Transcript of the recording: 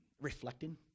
reflecting